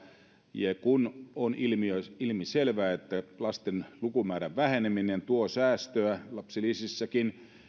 ja kun on ilmiselvää että lasten lukumäärän väheneminen tuo säästöä lapsilisissäkin